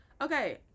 Okay